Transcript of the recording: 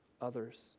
others